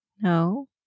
No